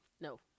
No